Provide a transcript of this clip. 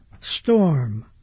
storm